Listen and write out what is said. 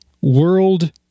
World